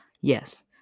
yes